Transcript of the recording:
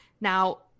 Now